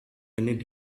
need